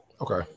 Okay